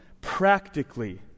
practically